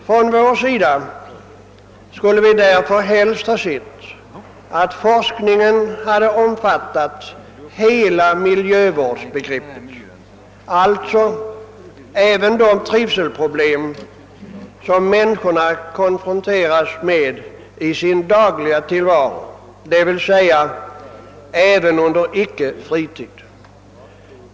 Från vårt håll skulle vi därför helst ha sett att forskningen hade omfattat hela miljövårdsbegreppet, alltså även de trivselproblem som människorna konfronteras med i sin dagliga tillvaro, d.v.s. även under icke fritid.